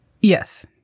Yes